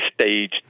stage